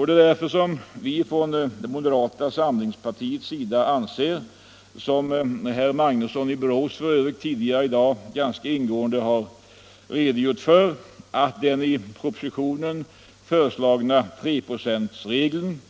Det är bl.a. därför moderata samlingspartiet anser, såsom herr Magnusson i Borås tidigare i dag ganska ingående redogjort för, att den i propositionen föreslagna treprocentsregeln,